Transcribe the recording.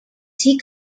tea